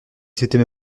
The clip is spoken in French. s’étaient